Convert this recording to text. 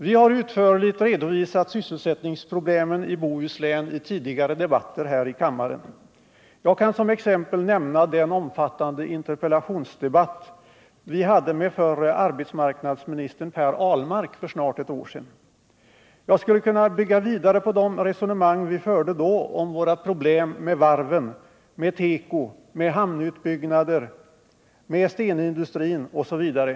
Vi har utförligt redovisat sysselsättningsproblemen i Bohuslän i tidigare debatter här i kammaren. Jag kan som exempel nämna den omfattande interpellationsdebatt vi hade med förre arbetsmarknadsministern Per Ahlmark för snart ett år sedan. Jag skulle kunna bygga vidare på de resonemang vi förde då om våra problem med varven, med teko, med hamnutbyggnader, med stenindustrin osv.